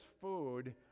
food